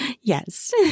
Yes